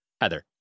Heather